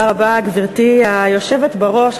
גברתי היושבת בראש,